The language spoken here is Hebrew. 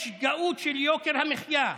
יש גאות של יוקר המחיה.